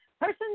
Person